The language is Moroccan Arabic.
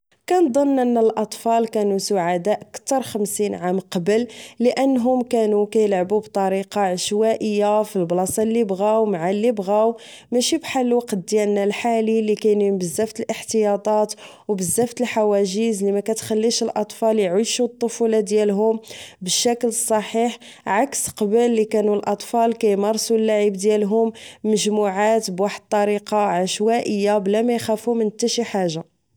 كنظن أن الأطفال كانو سعداء كتر خمسين عام قبل لأنهم كانو كيلعبو بطريقة عشوائية فالبلاصة لي بغاو مع لي بغاو ماشي بحال وقت ديالنا الحالي لي كاينين بزاف تالإحتياطات أو بزاف تالحواجز لي مكتغليش للأطفال ويعيشو الطفولة ديالهم بالشكل الصحيح عكس قبل لي كانو الأطفال كيمارسو اللعب ديالهوم مجموعات بواحد الطريقة عشوائية بلا ميخافو من حتا شي حاجة